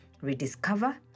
rediscover